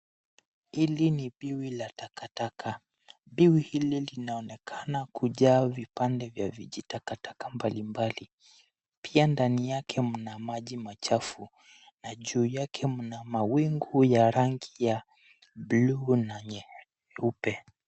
Hili ni biwi la takataka. Biwi hili linaonekana kujaa vipande vya vijitakataka mbalimbali, pia ndani yake mna maji machafu na juu yake mna mawingu ya rangi ya buluu na nyeupe.